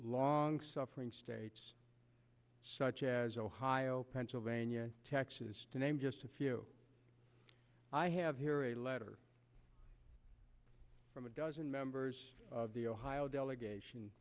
long suffering states such as ohio pennsylvania texas to name just a few i have here a letter from a dozen members of the ohio delegation